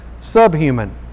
subhuman